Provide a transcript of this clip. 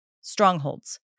Strongholds